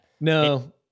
No